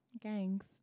Gangs